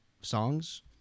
songs